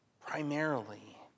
primarily